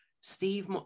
Steve